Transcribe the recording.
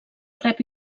rep